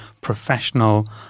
professional